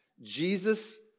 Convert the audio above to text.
Jesus